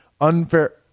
unfair